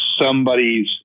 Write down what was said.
somebody's